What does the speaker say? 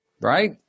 Right